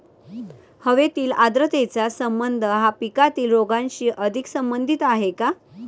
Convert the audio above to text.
हवेतील आर्द्रतेचा संबंध हा पिकातील रोगांशी अधिक संबंधित आहे का?